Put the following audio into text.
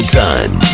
time